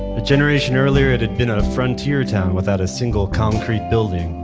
the generation earlier, it had been a frontier town without a single concrete building.